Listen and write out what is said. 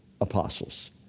apostles